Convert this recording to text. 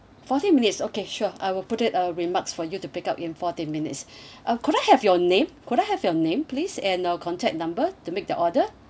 forty minutes okay sure I will put it a remarks for you to pick up in forty minutes uh could I have your name could I have your name please and uh contact number to make the order